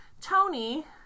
Tony